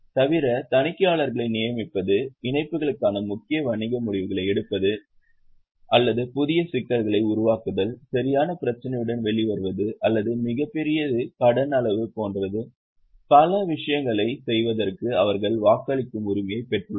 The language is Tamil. தவிர தணிக்கையாளர்களை நியமிப்பது இணைப்புகளுக்கான முக்கிய வணிக முடிவுகளை எடுப்பது அல்லது புதிய சிக்கலை உருவாக்குதல் சரியான பிரச்சினையுடன் வெளிவருவது அல்லது மிகப் பெரியது கடன் அளவு போன்ற பல விஷயங்களைச் செய்வதற்கு அவர்கள் வாக்களிக்கும் உரிமையைப் பெற்றுள்ளனர்